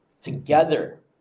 together